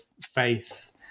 faith